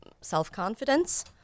self-confidence